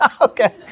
Okay